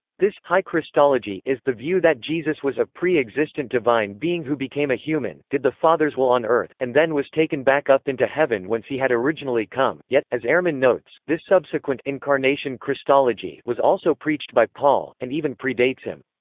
this high christology is the view that jesus was a pre-existent divine being who became a human, did the father's will on earth, and then was taken back up into heaven whence he had originally come. yet, as ehrman notes, this subsequent incarnation christology was also preached by paul, and even predates him.